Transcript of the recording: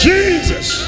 Jesus